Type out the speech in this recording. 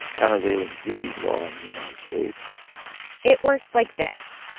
countervailing duty law in the united states it works like this.